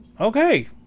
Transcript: Okay